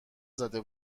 زده